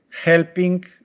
helping